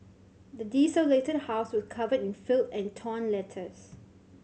the desolated house was covered in filth and torn letters